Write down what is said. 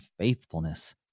faithfulness